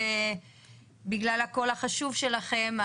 שבגלל הקול החשוב שלכם,